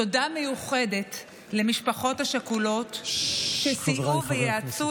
תודה מיוחדת למשפחות השכולות שסייעו וייעצו